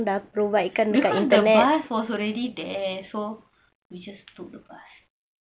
because the bus was already there so we just took the bus